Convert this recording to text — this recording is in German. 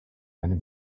einem